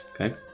Okay